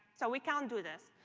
so we can do this.